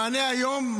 מענה היום,